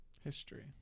History